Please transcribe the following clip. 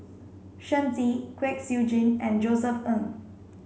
Shen Xi Kwek Siew Jin and Josef Ng